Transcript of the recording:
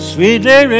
Sweetly